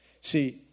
See